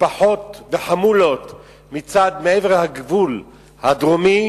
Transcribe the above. משפחות וחמולות מעבר לגבול הדרומי